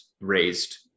raised